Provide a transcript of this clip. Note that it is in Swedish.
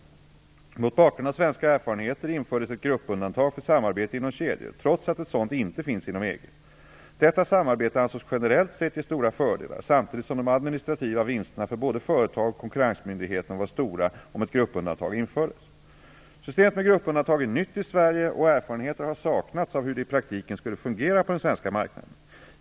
Mot bakgrund av svenska erfarenheter infördes ett gruppundantag för samarbete inom kedjor, trots att ett sådant inte finns inom EG. Detta samarbete ansågs generellt sett ge stora fördelar, samtidigt som de administrativa vinsterna för både företag och konkurrensmyndigheten var stora om ett gruppundantag infördes. Systemet med gruppundantag är nytt i Sverige, och erfarenheter har saknats av hur det i praktiken skulle fungera på den svenska marknaden.